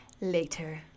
later